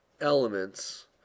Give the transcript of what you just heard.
elements